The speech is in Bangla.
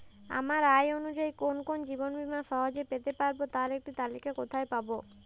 আমার আয় অনুযায়ী কোন কোন জীবন বীমা সহজে পেতে পারব তার একটি তালিকা কোথায় পাবো?